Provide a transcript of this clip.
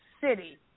city